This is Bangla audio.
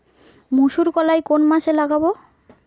মুসুর কলাই কোন মাসে লাগাব?